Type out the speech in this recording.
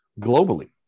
globally